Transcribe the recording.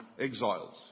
Exiles